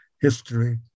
history